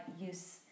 use